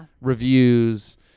reviews